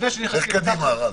תמשיך קדימה, רז.